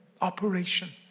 operation